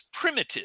primitive